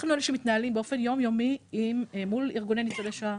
אנחנו אלה שמתנהלים באופן יום יומי מול ארגוני ניצולי שואה.